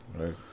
Right